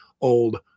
old